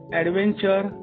adventure